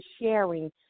sharing